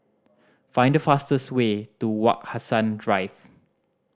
find the fastest way to Wak Hassan Drive